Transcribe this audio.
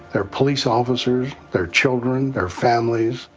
they're police officers, they're children they're families,